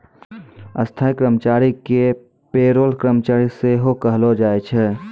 स्थायी कर्मचारी के पे रोल कर्मचारी सेहो कहलो जाय छै